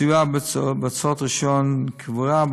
סיוע בהוצאות רישיון קבורה,